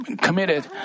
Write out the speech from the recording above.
committed